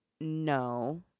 No